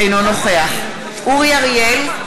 אינו נוכח אורי אריאל,